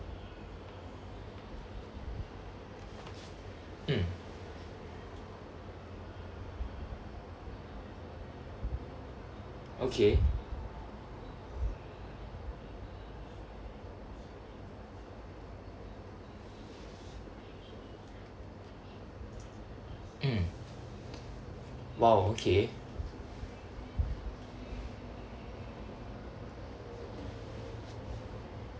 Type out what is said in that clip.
mm okay mm !wow! okay